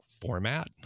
format